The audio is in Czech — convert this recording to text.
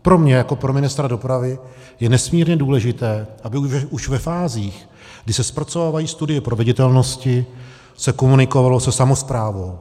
Pro mě jako ministra dopravy je nesmírně důležité, aby se už ve fázích, kdy se zpracovávají studie proveditelnosti, komunikovalo se samosprávou.